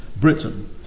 Britain